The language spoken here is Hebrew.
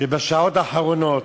שבשעות האחרונות,